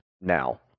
now